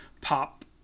pop